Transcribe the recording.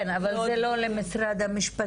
כן, אבל זה לא למשרד המשפטים.